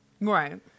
Right